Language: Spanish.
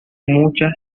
muchas